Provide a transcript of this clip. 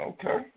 Okay